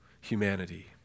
humanity